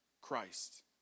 Christ